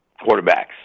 Quarterbacks